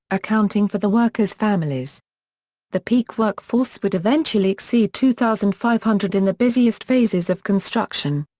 accounting for the workers' families the peak workforce would eventually exceed two thousand five hundred in the busiest phases of construction.